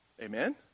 Amen